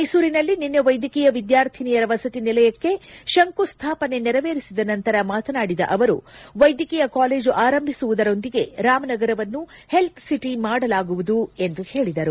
ಮೈಸೂರಿನಲ್ಲಿ ನಿನ್ನೆ ವೈದ್ಯಕೀಯ ವಿದ್ಯಾರ್ಥಿನಿಯರ ವಸತಿ ನಿಲಯಕ್ಕೆ ಶಂಕುಸ್ಥಾಪನೆ ನೆರವೇರಿಸಿದ ನಂತರ ಮಾತನಾಡಿದ ಅವರು ವೈದ್ಯಕೀಯ ಕಾಲೇಜು ಆರಂಭಿಸುವುದರೊಂದಿಗೆ ರಾಮನಗರವನ್ನು ಹೆಲ್ತ್ ಒಟ ಮಾಡಲಾಗುವುದು ಎಂದು ಹೇಳಿದರು